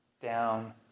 down